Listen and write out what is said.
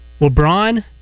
LeBron